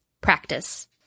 practice